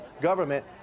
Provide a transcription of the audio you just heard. government